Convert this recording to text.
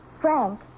Frank